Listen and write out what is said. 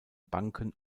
banken